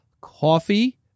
coffee